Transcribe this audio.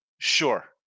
Sure